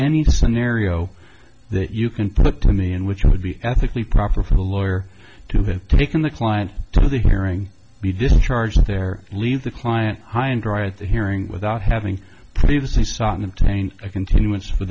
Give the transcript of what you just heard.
any scenario that you can put to me in which it would be ethically proper for the lawyer to have taken the client to the hearing be discharged their leave the client high and dry at the hearing without having